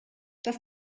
das